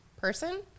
person